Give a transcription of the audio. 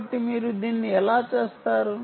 కాబట్టి మీరు దీన్ని ఎలా చేస్తారు